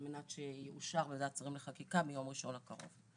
על מנת שיאושר בוועדת השרים לחקיקה ביום ראשון הקרוב.